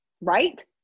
Right